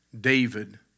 David